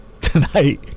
tonight